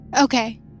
Okay